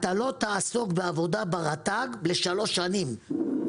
אתה לא תעסוק בעבודה ברט"ג לשלוש שנים,